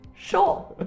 sure